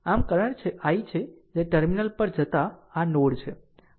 આ current i છે જે આ ટર્મિનલ પર જતા આ નોડ છે